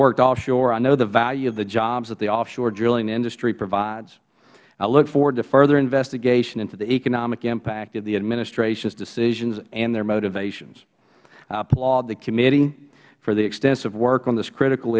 worked offshore i know the value of the jobs that the offshore drilling industry provides i look forward to further investigation into the economic impact of the administration's decisions and their motivations i applaud the committee for the extensive work on this critical